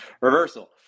reversal